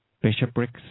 bishoprics